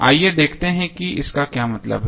आइए देखते हैं कि इसका क्या मतलब है